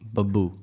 Babu